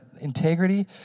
Integrity